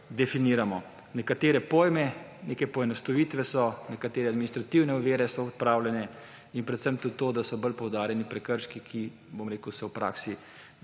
definiramo. Nekatere pojme, neke poenostavitve so, nekatere administrativne ovire so odpravljene in predvsem tudi to, da so bolj poudarjeni prekrški, ki se v praksi